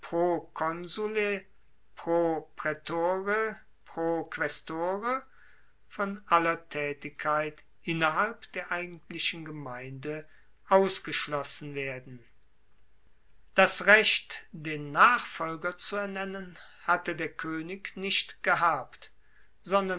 von aller taetigkeit innerhalb der eigentlichen gemeinde ausgeschlossen werden das recht den nachfolger zu ernennen hatte der koenig nicht gehabt sondern